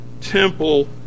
temple